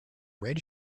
red